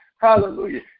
Hallelujah